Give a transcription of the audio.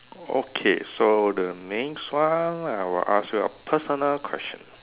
okay so the next one I will ask you a personal question